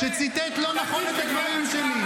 שציטט לא נכון את הדברים שלי.